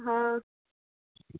हॅं